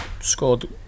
scored